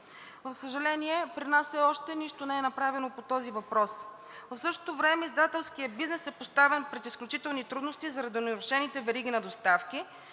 За съжаление, при нас все още нищо не е направено по този въпрос, а в същото време издателският бизнес е поставен пред изключителни трудности, заради нарушените вериги на доставки.